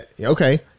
okay